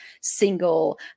single